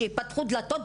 שייפתחו דלתות.